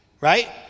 Right